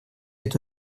эту